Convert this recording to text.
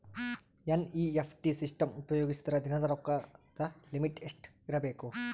NEFT system ಉಪಯೋಗಿಸಿದರ ದಿನದ ರೊಕ್ಕದ ಲಿಮಿಟ್ ಎಷ್ಟ ಇರಬೇಕು?